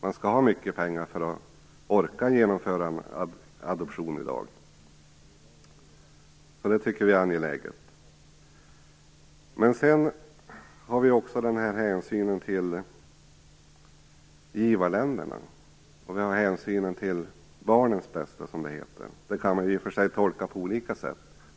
Man skall ha mycket pengar för att orka genomföra en adoption. Så detta är angeläget. Men vi har också att ta hänsyn till givarländerna och till barnets bästa. Vad som är barnets bästa kan man i och för sig tolka på olika sätt.